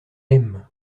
aime